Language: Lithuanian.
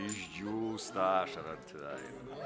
išdžiūsta ašara ant veido